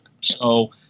So-